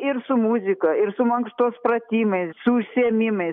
ir su muzika ir su mankštos pratimais su užsiėmimai